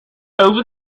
over